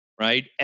Right